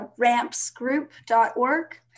rampsgroup.org